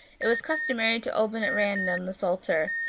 it was customary to open at random the psalter,